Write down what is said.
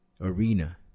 arena